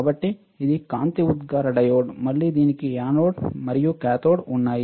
కాబట్టి ఇది కాంతి ఉద్గార డయోడ్ మళ్ళీ దీనికి యానోడ్ మరియు కాథోడ్ ఉన్నాయి